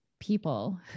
people